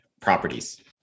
properties